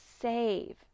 save